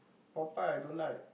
Popeyes I don't like